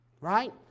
Right